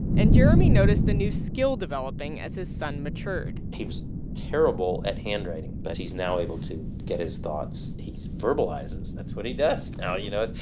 and jeremy noticed a new skill developing as his son matured he was terrible at handwriting. but he's now able to get his thoughts. he verbalizes. that's what he does now, you know?